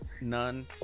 none